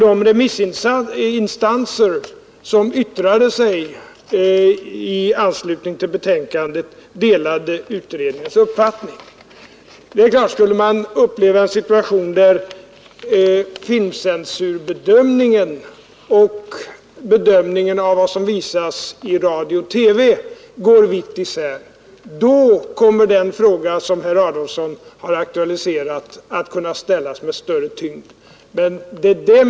De remissinstanser som yttrade sig i anslutning till betänkandet delade utredningens uppfattning. Skulle man uppleva en situation där filmcensurbedömningen och bedömningen av vad som visas i TV går vitt isär, kommer den fråga som herr Adolfsson har aktualiserat att kunna ställas med större tyngd.